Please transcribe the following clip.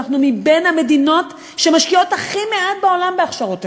אנחנו מהמדינות בעולם שמשקיעות הכי מעט בהכשרות טכנולוגיות.